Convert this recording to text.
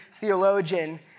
theologian